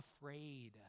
afraid